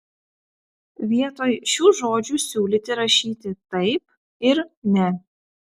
vietoj šių žodžių siūlyti rašyti taip ir ne